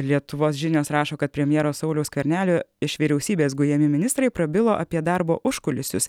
lietuvos žinios rašo kad premjero sauliaus skvernelio iš vyriausybės gujami ministrai prabilo apie darbo užkulisius